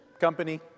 Company